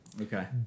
Okay